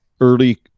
early